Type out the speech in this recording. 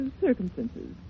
circumstances